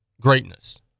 greatness